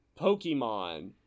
Pokemon